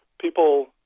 people